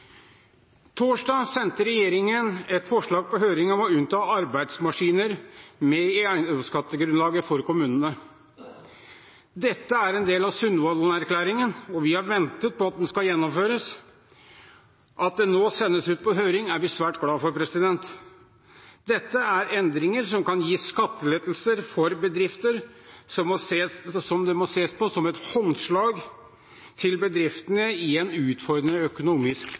torsdag sendte regjeringen et forslag på høring om å unnta arbeidsmaskiner i eiendomsskattegrunnlaget for kommunene. Dette er en del av Sundvolden-erklæringen, og vi har ventet på at det skal gjennomføres. At dette nå sendes ut på høring, er vi svært glad for. Dette er endringer som kan gi skattelettelser for bedrifter som må ses som et håndslag til bedriftene i en utfordrende økonomisk